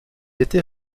était